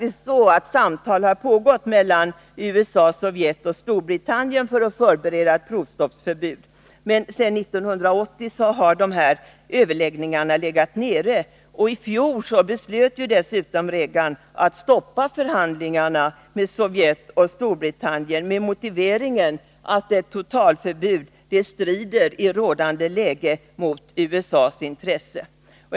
Samtal har faktiskt pågått mellan USA, Sovjet och Storbritannien för att förbereda ett provstopp, men sedan 1980 har dessa överläggningar legat nere. I fjol beslöt dessutom Reagan att stoppa förhandlingarna med Sovjet och Storbritannien med motiveringen att ett totalförbud i rådande läge strider mot USA:s intresse.